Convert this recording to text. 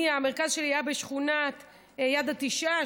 המרכז שלי היה בשכונת יד התשעה,